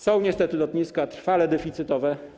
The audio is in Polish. Są niestety lotniska trwale deficytowe.